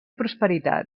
prosperitat